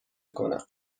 کنم